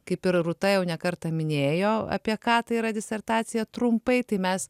kaip ir rūta jau ne kartą minėjo apie ką ta yra disertacija trumpai tai mes